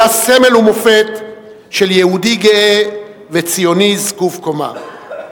היה סמל ומופת של יהודי גאה וציוני זקוף קומה.